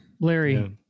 Larry